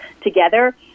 together